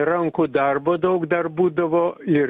rankų darbo daug dar būdavo ir